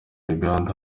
uganda